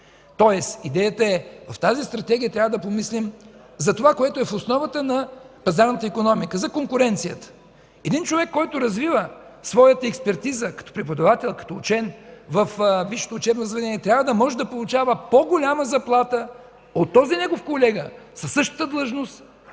кредити. Идеята е в тази Стратегия да помислим за това, което е в основата на пазарната икономика – за конкуренцията. Един човек, който развива своята експертиза като преподавател, като учен във висшето учебно заведение, трябва да може да получава по-голяма заплата от този негов колега на същата длъжност,